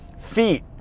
feet